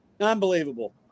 Unbelievable